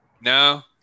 No